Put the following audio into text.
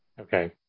Okay